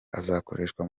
azakoreshwa